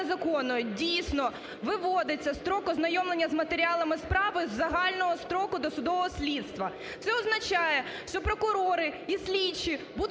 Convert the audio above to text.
дійсно, виводиться строк ознайомлення з матеріалами справи з загального строку досудового слідства. Це означає, що прокурори і слідчі будуть не